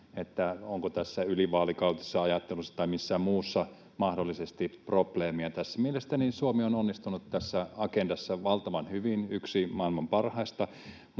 siitä, onko tässä ylivaalikautisessa ajattelussa tai missään muussa mahdollisesti probleemia. Mielestäni Suomi on onnistunut tässä Agendassa valtavan hyvin, on yksi maailman parhaista,